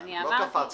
לא קפצנו.